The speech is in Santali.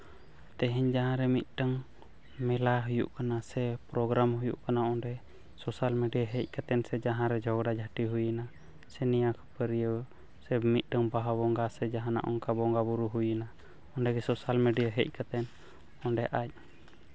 ᱛᱮᱦᱮᱧ ᱡᱟᱦᱟᱸ ᱨᱮ ᱢᱤᱫᱴᱟᱝ ᱢᱮᱞᱟ ᱦᱩᱭᱩᱜ ᱠᱟᱱᱟ ᱥᱮ ᱯᱨᱳᱜᱨᱟᱢ ᱦᱩᱭᱩᱜ ᱠᱟᱱᱟ ᱚᱸᱰᱮ ᱥᱳᱥᱟᱞ ᱢᱤᱰᱤᱭᱟ ᱦᱮᱡ ᱠᱟᱛᱮ ᱥᱮ ᱡᱟᱦᱟᱸ ᱨᱮ ᱡᱷᱚᱜᱽᱲᱟ ᱡᱷᱟᱹᱴᱤ ᱦᱩᱭ ᱮᱱᱟ ᱥᱮ ᱱᱤᱭᱟᱹᱣ ᱠᱷᱟᱹᱯᱟᱹᱨᱤᱭᱟᱹ ᱥᱮ ᱢᱤᱫᱴᱟᱝ ᱵᱟᱦᱟ ᱵᱚᱸᱜᱟ ᱥᱮ ᱚᱱᱠᱟ ᱵᱚᱸᱜᱟ ᱵᱳᱨᱳ ᱦᱩᱭᱮᱱᱟ ᱚᱸᱰᱮ ᱜᱮ ᱥᱳᱥᱟᱞ ᱢᱤᱰᱤᱭᱟ ᱦᱮᱡ ᱠᱟᱛᱮ ᱚᱸᱰᱮ ᱟᱡ